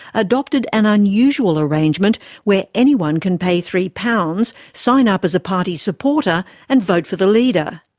adopted an unusual arrangement where anyone can pay three pounds, sign up as a party supporter and vote for the leader.